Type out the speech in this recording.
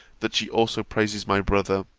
that she also praises my brother,